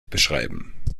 beschreiben